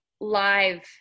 live